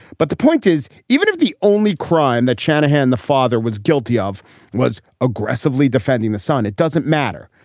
but the point is, even if the only crime that shanahan, the father, was guilty of was aggressively defending the son, it doesn't matter.